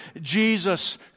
Jesus